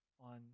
on